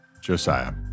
josiah